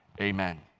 amen